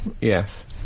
Yes